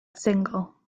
single